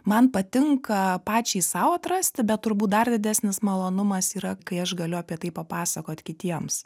man patinka pačiai sau atrasti bet turbūt dar didesnis malonumas yra kai aš galiu apie tai papasakot kitiems